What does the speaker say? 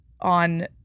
on